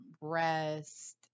rest